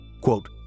quote